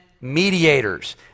mediators